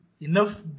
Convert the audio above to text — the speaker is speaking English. enough